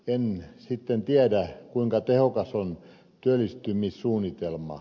en sitten tiedä kuinka tehokas on työllistymissuunnitelma